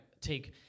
take